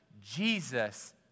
Jesus